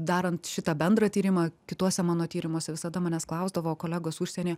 darant šitą bendrą tyrimą kituose mano tyrimuose visada manęs klausdavo kolegos užsienyje